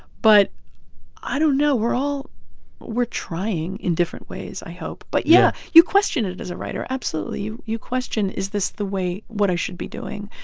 but i don't know. we're all we're trying in different ways, i hope. but yeah. yeah. you question it as a writer, absolutely. you question, is this the way what i should be doing?